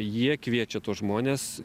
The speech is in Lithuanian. jie kviečia tuos žmones